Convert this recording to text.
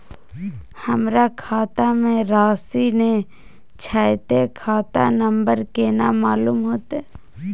हमरा खाता में राशि ने छै ते खाता नंबर केना मालूम होते?